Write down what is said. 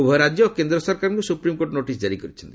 ଉଭୟ ରାଜ୍ୟ ଓ କେନ୍ଦ୍ର ସରକାରଙ୍କୁ ସୁପ୍ରିମ୍କୋର୍ଟ ନୋଟିସ୍ ଜାରି କରିଛନ୍ତି